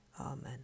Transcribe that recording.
Amen